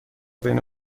بین